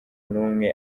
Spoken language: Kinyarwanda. n’umwe